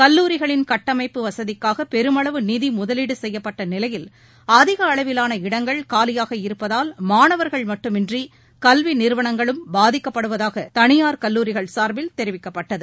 கல்லூரிகளின் கட்டமைப்பு வசதிக்காக பெருமளவு நிதி முதலீடு செய்யப்பட்ட நிலையில் அதிக அளவிலாள் இடங்கள் காலியாக இருப்பதால் மாணவர்கள் மட்டுமன்றி கல்வி நிறுவனங்களும் பாதிக்கப்படுவதாக தனியார் கல்லூரிகள் சார்பில் தெரிவிக்கப்பட்டது